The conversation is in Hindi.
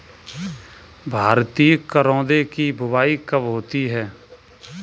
भारतीय करौदे की बुवाई कब होती है?